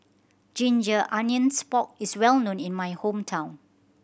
ginger onions pork is well known in my hometown